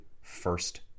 first